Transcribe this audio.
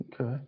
Okay